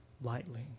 lightly